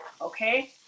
Okay